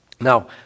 Now